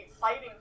fighting